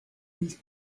these